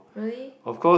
really